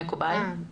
מקובל?